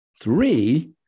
three